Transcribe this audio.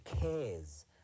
cares